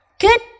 Good